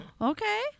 Okay